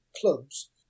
clubs